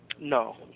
No